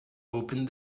opened